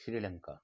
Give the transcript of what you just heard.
Sri Lanka